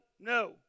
no